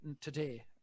today